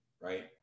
right